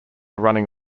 running